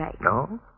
No